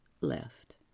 left